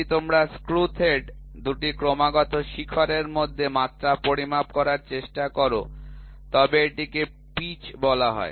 যদি তোমরা screw thread ২টি ক্রমাগত শিখরের মধ্যে মাত্রা পরিমাপ করার চেষ্টা কর তবে এটিকে পিচ বলা হয়